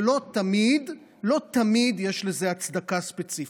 ולא תמיד יש לזה הצדקה ספציפית.